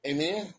Amen